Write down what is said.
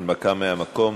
הנמקה מהמקום.